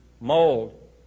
mold